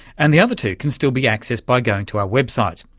and the other two can still be accessed by going to our website.